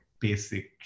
basic